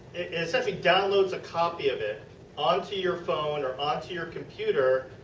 essentially downloads a copy of it onto your phone, or onto your computer,